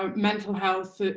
um mental health